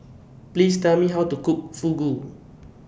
Please Tell Me How to Cook Fugu